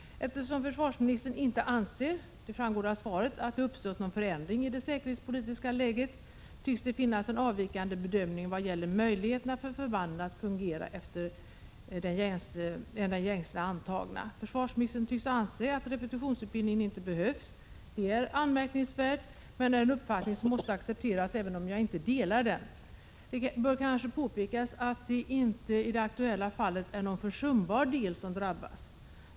Eftersom försvarsministern — det framgår av svaret — inte anser att det uppstått någon förändring i det säkerhetspolitiska läget, tycks det finnas bedömningar som avviker från de gängse antagna vad gäller förbandens möjligheter att fungera. Försvarsministern tycks anse att repetitionsutbildningen inte behövs. Det är anmärkningsvärt, men det är en uppfattning som jag måste acceptera även om jag inte delar den. Det bör kanske påpekas att det i det aktuella fallet inte är en försumbar del som drabbas.